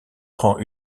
prend